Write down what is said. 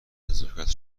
نزاکت